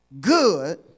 good